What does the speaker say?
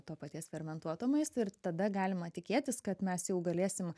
to paties fermentuoto maisto ir tada galima tikėtis kad mes jau galėsim